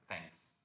Thanks